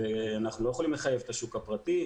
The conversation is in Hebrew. אנחנו לא יכולים לחייב את השוק הפרטי,